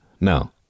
No